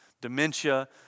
dementia